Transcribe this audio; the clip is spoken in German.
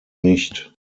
nicht